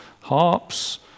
harps